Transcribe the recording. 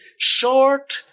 short